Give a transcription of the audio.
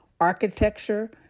architecture